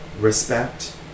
respect